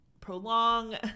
prolong